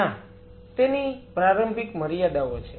ના તેની પ્રારંભિક મર્યાદાઓ છે